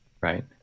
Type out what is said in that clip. Right